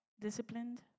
Disciplined